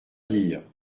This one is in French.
dire